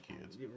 kids